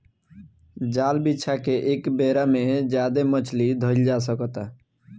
जाल बिछा के एके बेरा में ज्यादे मछली धईल जा सकता